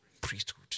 priesthood